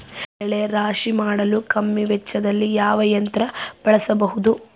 ಬೆಳೆ ರಾಶಿ ಮಾಡಲು ಕಮ್ಮಿ ವೆಚ್ಚದಲ್ಲಿ ಯಾವ ಯಂತ್ರ ಬಳಸಬಹುದು?